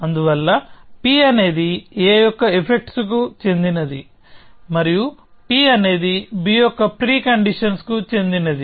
అందువల్ల p అనేది A యొక్క ఎఫెక్ట్స్ కు చెందినది మరియు p అనేది b యొక్క ప్రీ కండీషన్స్ కు చెందినది